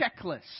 checklist